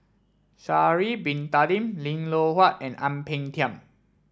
Sha'ari Bin Tadin Lim Loh Huat and Ang Peng Tiam